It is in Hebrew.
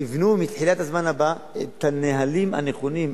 הבא יבנו את הנהלים הנכונים,